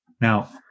Now